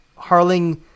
Harling